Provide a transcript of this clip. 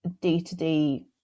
day-to-day